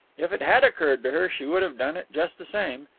if it had occurred to her, she would have done it just the same.